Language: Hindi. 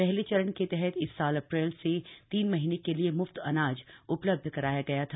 पहले चरण के तहत इस साल अप्रक्ष से तीन महीने के लिए मुफ्त अनाज उपलब्ध कराया गया था